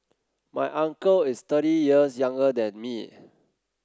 my uncle is thirty years younger than me